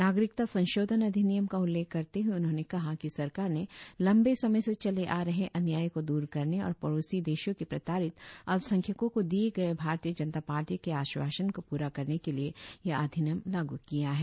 नागरिकता संशोधन अधिनियम का उल्लेख करते हुए उन्होंने कहा कि सरकार ने लंबे समय से चले आ रहे अन्याय को दूर करने और पड़ोसी देशों के प्रताड़ित अल्पसंख्यकों को दिए गए भारतीय जनता पार्टी के आश्वासन को पूरा करने के लिए यह अधिनियम लागू किया है